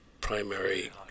primary